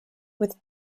with